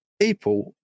people